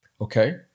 Okay